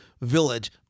village